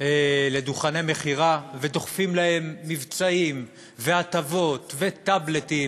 לדוכני מכירה ודוחפים להם מבצעים והטבות וטאבלטים,